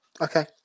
okay